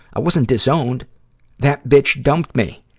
i wasn't disowned that bitch dumped me!